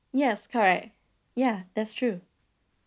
yes correct ya that's true